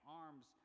arms